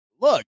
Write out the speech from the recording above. look